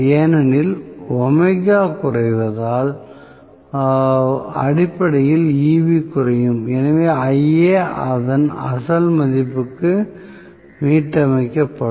ஏனெனில் குறைவதால் அடிப்படையில் Eb குறையும் எனவே Ia அதன் அசல் மதிப்புக்கு மீட்டமைக்கப்படும்